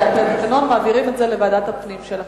את זה לוועדת הפנים של הכנסת.